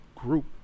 group